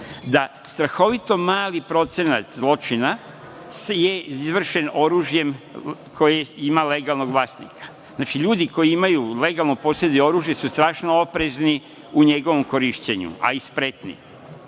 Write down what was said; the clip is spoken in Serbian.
da strahovito mali procenat zločina je izvršen oružjem koje ima legalnog vlasnika. Znači, ljudi koji imaju, legalno poseduju oružje su strašno oprezni u njegovom korišćenju, a i spretni.